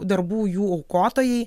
darbų jų aukotojai